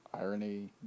Irony